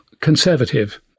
conservative